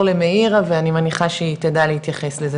למאירה ואני מניחה שהיא תדע להתייחס לזה,